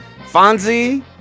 Fonzie